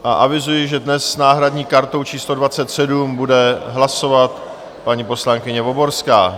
A avizuji, že dnes s náhradní kartou číslo 27 bude hlasovat paní poslankyně Voborská.